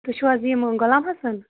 تُہۍ چھُو حظ یِم غۄلام حسن